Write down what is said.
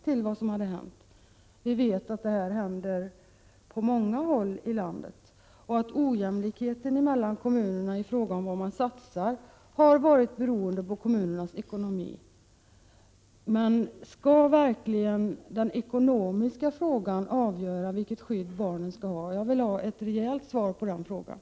Vi vet också att detta händer på många håll i landet och att ojämlikheten mellan kommunerna i fråga om vad man satsar har varit — Prot. 1987/88:45 beroende av kommunernas ekonomi. 15 december 1987 Men skall verkligen det ekonomiska avgöra vilket skydd barnen skall ha? Jag vill ha ett rejält svar på den frågan.